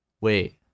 Wait